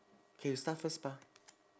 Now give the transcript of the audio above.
K you start first bah